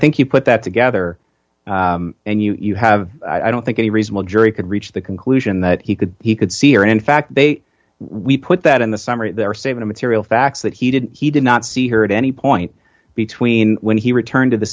think you put that together and you have i don't think any reasonable jury could reach the conclusion that he could he could see are in fact they we put that in the summary they're saving material facts that he did he did not see her at any point between when he returned to the